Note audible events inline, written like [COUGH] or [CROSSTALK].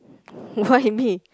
[BREATH] why me